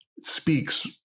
speaks